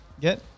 get